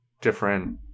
different